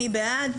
מי בעד?